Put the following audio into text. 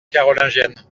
carolingienne